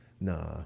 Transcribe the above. Nah